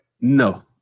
No